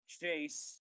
chase